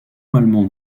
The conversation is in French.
allemand